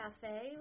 cafe